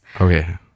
okay